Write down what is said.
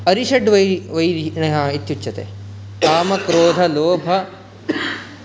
अरिषड्वैरि वैरिः इत्युच्यते कामक्रोधलोभ